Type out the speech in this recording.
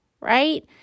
right